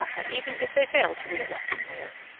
not even if they fail to reelect him mayor.